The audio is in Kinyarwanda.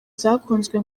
zakunzwe